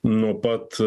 nuo pat